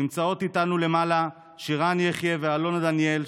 נמצאות איתנו למעלה שירן יחיא ואלונה דניאל,